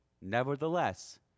Nevertheless